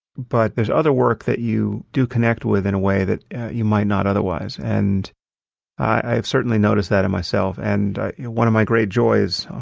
but there's other work that you do connect with in a way that you might not otherwise. and i have certainly noticed that in myself. and one of my great jobs,